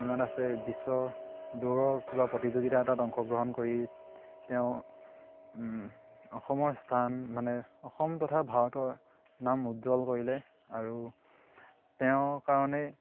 হিমা দাসে আছে বিশ্ব দৌৰৰ কিবা প্ৰতিযোগিতা এটাত অংশগ্ৰহণ কৰি তেওঁ অসমৰ স্থান মানে অসম তথা ভাৰতৰ নাম উজ্জ্বল কৰিলে আৰু তেওঁৰ কাৰণেই